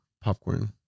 popcorn